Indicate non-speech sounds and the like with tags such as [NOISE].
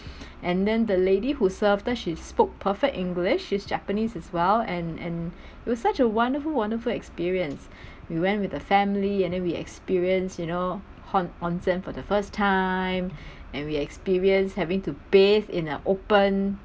and then the lady who served us she spoke perfect english she's japanese as well and and [BREATH] it was such a wonderful wonderful experience [BREATH] we went with the family and then we experience you know on~ onsen for the first time [BREATH] and we experience having to bathe in the open